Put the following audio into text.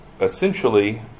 essentially